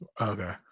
Okay